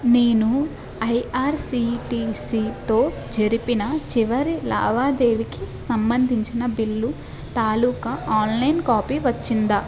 నేను ఐఆర్సిటిసితో జరిపిన చివరి లావాదేవీకి సంబంధించిన బిల్లు తాలూకు ఆన్లైన్ కాపీ వచ్చిందా